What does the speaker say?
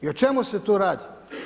I o čemu se tu radi?